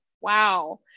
wow